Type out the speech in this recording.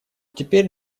теперь